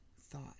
thought